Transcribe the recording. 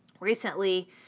Recently